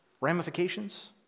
ramifications